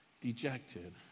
dejected